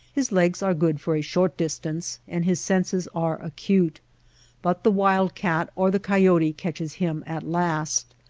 his legs are good for a short distance, and his senses are acute but the wild-cat or the coyote catches him at last.